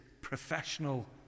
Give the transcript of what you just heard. professional